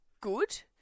good